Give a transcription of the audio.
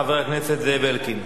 חבר הכנסת זאב אלקין.